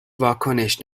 واکنش